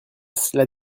cela